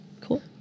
Cool